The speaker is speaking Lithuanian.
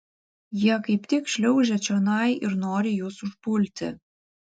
jie kaip tik šliaužia čionai ir nori jus užpulti